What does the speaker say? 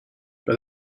but